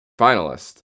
finalist